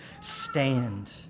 stand